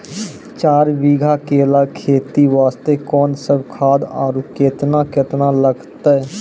चार बीघा केला खेती वास्ते कोंन सब खाद आरु केतना केतना लगतै?